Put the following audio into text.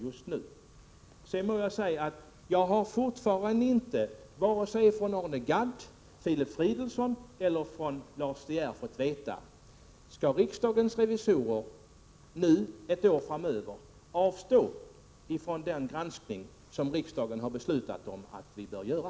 Jag har fortfarande inte — från vare sig Arne Gadd, Filip Fridolfsson eller Lars De Geer - fått veta om riksdagens revisorer ett år framöver skall avstå från den granskning som riksdagen har beslutat om att vi bör utföra.